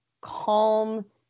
calm